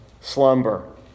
slumber